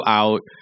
out